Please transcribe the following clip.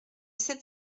sept